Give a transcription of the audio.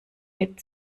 mit